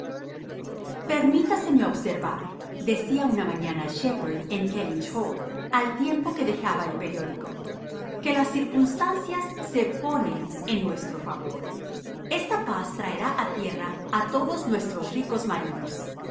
permítaseme observardecía una mañana shepherd en kellynch hall al tiempo que dejaba el periódicoque las circunstancias se ponen en nuestro favor esta paz traerá a tierra a todos nuestros ricos marinos